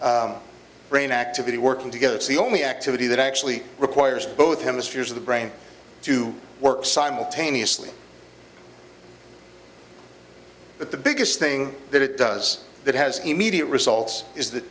hemisphere brain activity working together is the only activity that actually requires both hemispheres of the brain to work simultaneously but the biggest thing that it does that has immediate results is